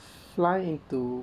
flying into